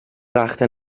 brachte